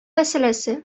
мәсьәләсе